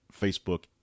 Facebook